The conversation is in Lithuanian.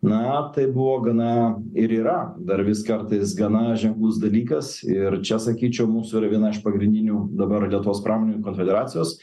na tai buvo gana ir yra dar vis kartais gana ženklus dalykas ir čia sakyčiau mūsų yra viena iš pagrindinių dabar lietuvos pramoninkų konfederacijos